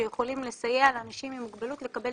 שיכולים לסייע לאנשים עם מוגבלות לקבל